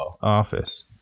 office